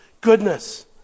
goodness